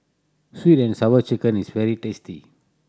Sweet And Sour Chicken is very tasty